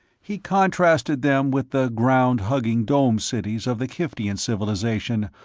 he contrasted them with the ground-hugging dome cities of the khiftan civilization,